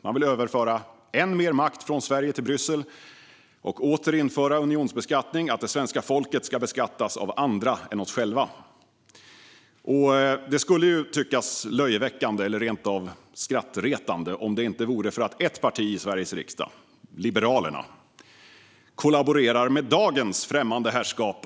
Man vill överföra än mer makt från Sverige till Bryssel och åter införa unionsbeskattning - att det svenska folket ska beskattas av andra än oss själva. Det skulle kunna tyckas vara löjeväckande, eller rent av skrattretande, om det inte vore för att ett parti i Sveriges riksdag, Liberalerna, kollaborerar med dagens främmande herrskap.